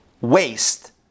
waste